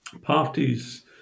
Parties